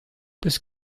peus